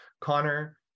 Connor